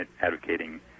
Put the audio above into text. advocating